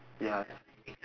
ya